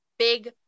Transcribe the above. big